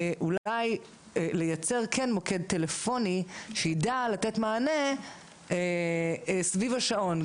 אולי לייצר מוקד טלפוני שיידע לתת מענה סביב השעון,